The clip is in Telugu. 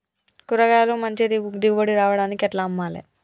కూరగాయలకు మంచి దిగుబడి రావడానికి ఎట్ల అమ్మాలే?